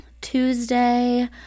Tuesday